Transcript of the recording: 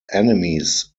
enemies